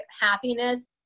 happiness